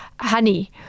honey